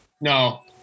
No